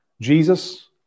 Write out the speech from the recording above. Jesus